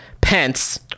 Pence